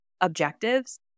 objectives